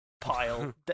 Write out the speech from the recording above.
pile